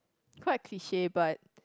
quite cliche but